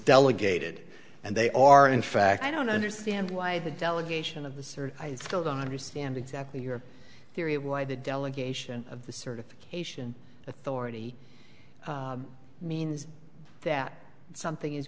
delegated and they are in fact i don't understand why the delegation of the sort i still don't understand exactly your theory of why the delegation of the certification authority means that something is